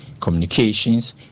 communications